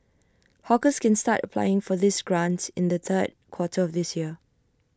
hawkers can start applying for this grant in the third quarter of this year